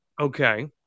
Okay